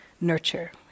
nurture